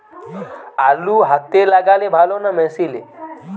আলু হাতে লাগালে ভালো না মেশিনে?